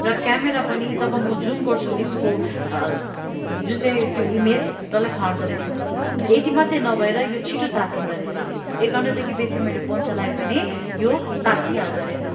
र क्यामेरा पनि जब म जुम गर्छु यसको जुन चाहिँ त्यो इमेज डल्लै फाट्दोरहेछ अनि यति मात्रै नभएर यो छिट्टो तातिँदोरहेछ एक घन्टादेखि बेसी मैले फोन चलाएँ भने यो तात्तिहाल्दोरहेछ